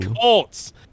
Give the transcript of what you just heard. Colts